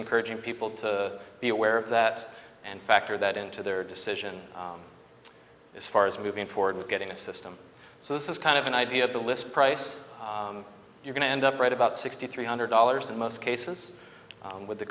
encouraging people to be aware of that and factor that into their decision as far as moving forward with getting a system so this is kind of an idea of the list price you're going to end up right about sixty three hundred dollars in most cases with the